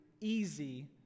easy